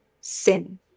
sin